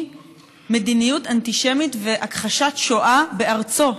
מדיניות אנטישמית והכחשת שואה בארצו,